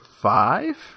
five